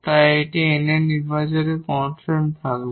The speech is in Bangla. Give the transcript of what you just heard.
তাই এটি n এর নির্বিচারে কনস্ট্যান্ট থাকবে